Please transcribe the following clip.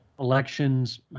elections